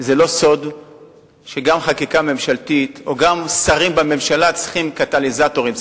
זה לא סוד שגם שרים בממשלה צריכים קטליזטורים,